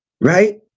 Right